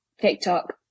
TikTok